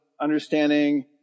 understanding